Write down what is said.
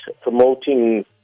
promoting